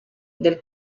del